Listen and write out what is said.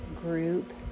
group